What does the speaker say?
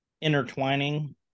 intertwining